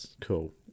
Cool